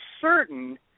certain